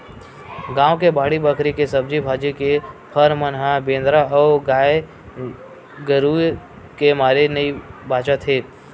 गाँव के बाड़ी बखरी के सब्जी भाजी, के फर मन ह बेंदरा अउ गाये गरूय के मारे नइ बाचत हे